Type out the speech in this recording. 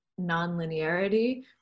nonlinearity